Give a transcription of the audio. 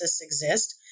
exist